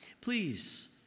please